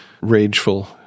rageful